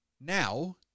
Now